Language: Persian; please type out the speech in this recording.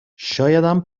شایدم